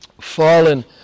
fallen